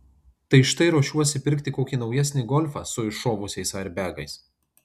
tai štai ruošiuosi pirkti kokį naujesnį golfą su iššovusiais airbegais